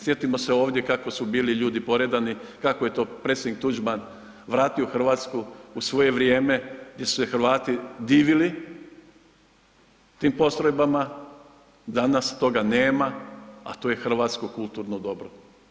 Sjetimo se ovdje kako su bili ljudi poredani, kako je to predsjednik Tuđman vratio Hrvatsku u svoje vrijeme, gdje su se Hrvati divili, tim postrojbama danas toga nema, a to je hrvatsko kulturno dobro.